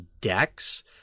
decks